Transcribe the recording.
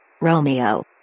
Romeo